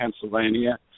Pennsylvania